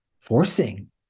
forcing